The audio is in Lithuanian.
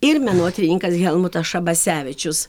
ir menotyrininkas helmutas šabasevičius